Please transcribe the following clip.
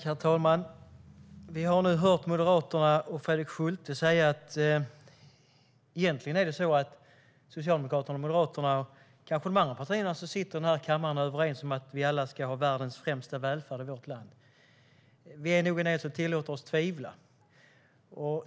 Herr talman! Vi har nu hört Moderaterna och Fredrik Schulte säga att det egentligen är så att Socialdemokraterna och Moderaterna och kanske också de andra partierna som sitter i den här kammaren är överens om att vi alla ska ha världens främsta välfärd i vårt land. Vi är nog en del som tillåter oss att tvivla.